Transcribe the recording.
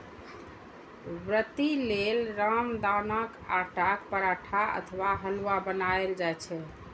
व्रती लेल रामदानाक आटाक पराठा अथवा हलुआ बनाएल जाइ छै